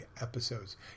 episodes